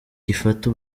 gifata